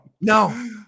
No